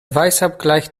weißabgleich